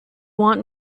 want